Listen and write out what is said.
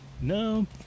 no